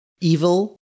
evil